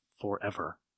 forever